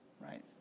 Right